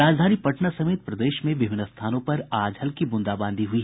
राजधानी पटना समेत प्रदेश में विभिन्न स्थानों पर आज हल्की बूंदाबांदी हुई